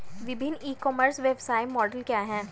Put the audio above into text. विभिन्न e commerce व्यवसाय model क्या हैं?